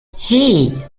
hey